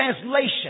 translation